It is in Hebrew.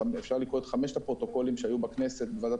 אפשר לקרוא את חמשת הפרוטוקולים שהיו בכנסת בוועדת